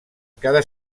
cada